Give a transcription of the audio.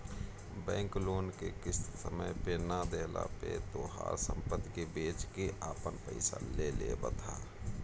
bank loan के किस्त समय पे ना देहला पे तोहार सम्पत्ति के बेच के आपन पईसा ले लेवत ह